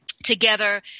Together